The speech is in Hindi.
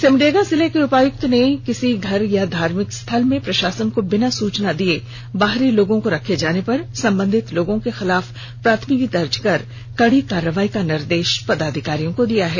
सिमडेगा जिले के उपायुक्त ने किसी घर या धार्मिक स्थल में प्रषासन को बिना सूचना दिये बाहरी लोगों को रर्ख जाने पर संबंधित लोगों के खिलाफ प्राथमिकी दर्ज कर कड़ी कार्रवाई का निर्देष पदाधिकारियों को दिया है